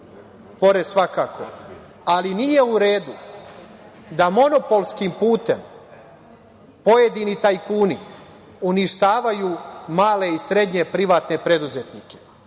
porez svakako. Ali nije u redu da monopolskim putem pojedini tajkuni uništavaju male i srednje privatne preduzetnike